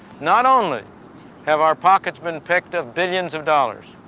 not only have our pockets been picked of billions of dollars,